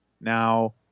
Now